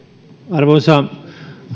arvoisa